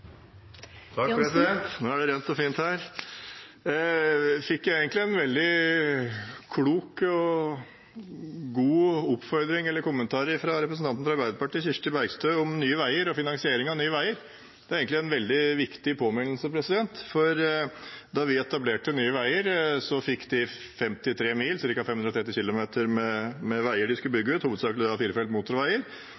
fikk egentlig en veldig klok og god kommentar fra representanten fra Arbeiderpartiet Kirsti Leirtrø om Nye Veier og finansiering av Nye Veier. Det var egentlig en veldig viktig påminnelse. Da vi etablerte Nye Veier, fikk de ca. 53 mil med veier de skulle bygge ut, hovedsakelig firefelts motorveier. Så fylte vi på med ca. 20 mil til, så de